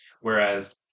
Whereas